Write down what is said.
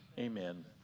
amen